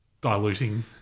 diluting